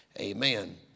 amen